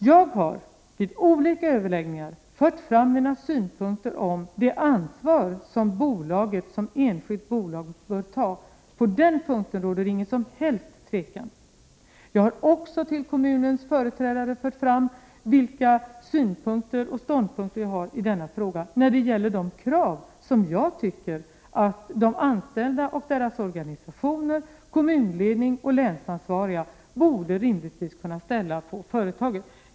Jag har vid olika överläggningar fört fram mina synpunkter om det ansvar som bolaget som enskilt bolag har att ta. På den punkten råder det ingen som helst tvekan. Jag har också till kommunens företrädare fört fram mina synpunkter och ståndpunkter när det gäller de krav som jag tycker att de anställda och deras organisationer, kommunledning och länsansvariga rimligtvis borde kunna ställa på företaget.